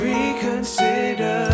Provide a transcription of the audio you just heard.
Reconsider